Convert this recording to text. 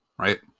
Right